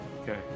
Okay